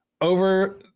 over